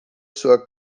sua